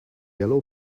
yellow